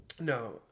No